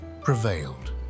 prevailed